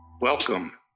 Welcome